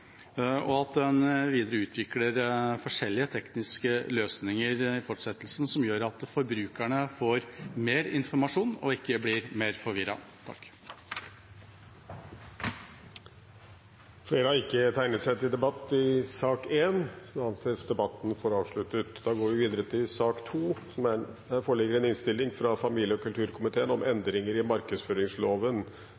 og at en videre utvikler forskjellige tekniske løsninger i fortsettelsen, som gjør at forbrukerne får mer informasjon og ikke blir mer forvirret. Flere har ikke bedt om ordet til sak nr. 1. Etter ønske fra familie- og kulturkomiteen vil presidenten foreslå at taletiden blir begrenset til